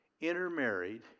intermarried